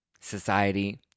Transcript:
society